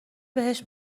بهش